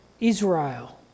Israel